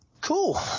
Cool